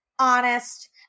honest